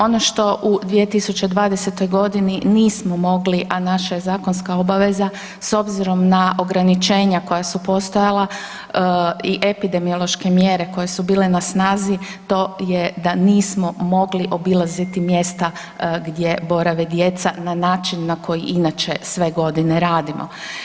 Ono što u 2020. godini nismo mogli a naša je zakonska obaveza s obzirom na ograničenja koja su postojala i epidemiološke mjere koje su bile na snazi to je da nismo mogli obilaziti mjesta gdje borave djeca na način na koji inače sve godine radimo.